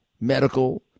medical